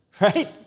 Right